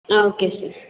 okay sir